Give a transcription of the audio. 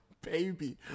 baby